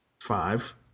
five